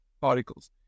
particles